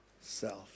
self